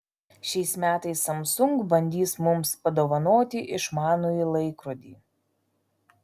šiais metais samsung bandys mums padovanoti išmanųjį laikrodį